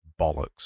bollocks